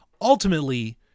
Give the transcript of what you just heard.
Ultimately